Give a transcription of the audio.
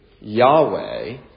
Yahweh